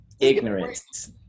Ignorance